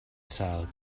sâl